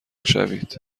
شوید